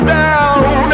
down